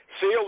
seal